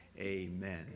Amen